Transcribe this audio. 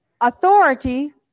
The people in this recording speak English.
Authority